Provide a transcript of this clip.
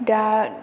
दा